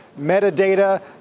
metadata